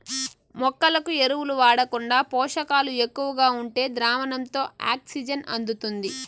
మొక్కలకు ఎరువులు వాడకుండా పోషకాలు ఎక్కువగా ఉండే ద్రావణంతో ఆక్సిజన్ అందుతుంది